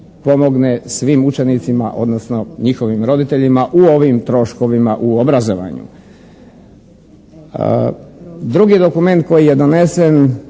pomogne svim učenicima odnosno njihovim roditeljima u ovim troškovima u obrazovanju. Drugi dokument koji je donesen